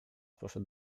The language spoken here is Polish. poszedł